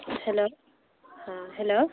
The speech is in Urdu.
ہیلو ہاں ہیلو